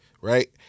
right